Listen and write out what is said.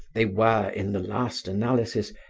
they were, in the last analysis,